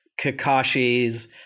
Kakashi's